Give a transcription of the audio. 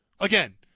Again